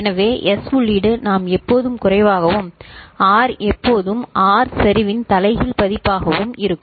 எனவே எஸ் உள்ளீடு நாம் எப்போதும் குறைவாகவும் ஆர் எப்போதும் ஆர் சரிவின் தலைகீழ் பதிப்பாகவும் இருக்கும்